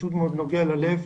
פשוט מאוד נוגע ללב,